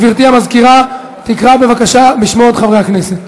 גברתי המזכירה תקרא בבקשה בשמות חברי הכנסת.